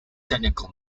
technical